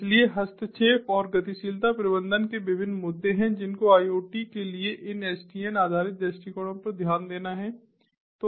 इसलिए हस्तक्षेप और गतिशीलता प्रबंधन के विभिन्न मुद्दे हैं जिनको आईओटी के लिए इन एसडीएन आधारित दृष्टिकोणों पर ध्यान देना है